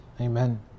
Amen